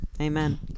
amen